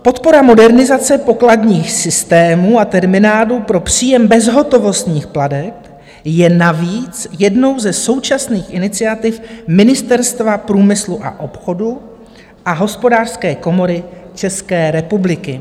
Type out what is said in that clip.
Podpora modernizace pokladních systémů a terminálů pro příjem bezhotovostních plateb je navíc jednou ze současných iniciativ Ministerstva průmyslu a obchodu a Hospodářské komory České republiky.